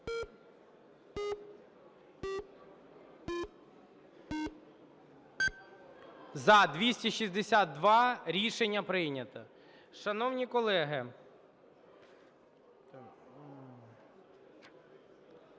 За-237 Рішення прийнято.